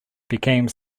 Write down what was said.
became